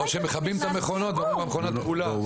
או שמכבים את המכונות ואומרים המכונה תקולה.